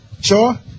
Sure